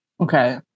Okay